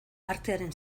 artearen